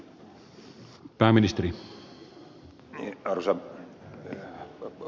arvoisa puhemies